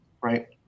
right